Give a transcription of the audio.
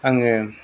आङो